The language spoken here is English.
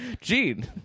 Gene